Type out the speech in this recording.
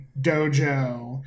dojo